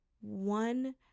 one